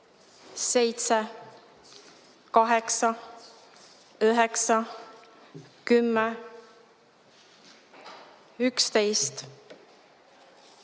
7, 8, 9, 10, 11,